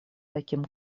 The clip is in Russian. таким